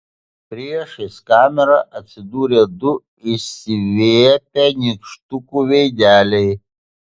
priešais kamerą atsidūrė du išsiviepę nykštukų veideliai